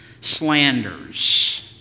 slanders